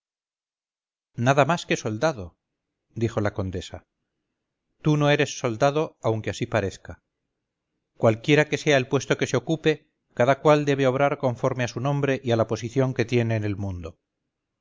nada más que soldado dijo la condesa tú no eres soldado aunque así parezca cualquiera que sea el puesto que se ocupe cada cual debe obrar conforme a su nombre y a la posición que tiene en el mundo